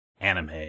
anime